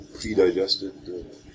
pre-digested